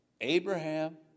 Abraham